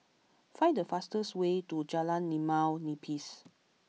find the fastest way to Jalan Limau Nipis